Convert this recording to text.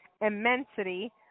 immensity